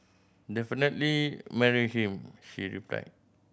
definitely marry him she replied